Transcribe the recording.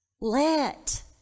let